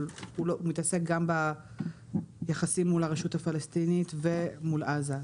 אבל מתעסק גם ביחסים מול הרשות הפלסטינית ומול עזה.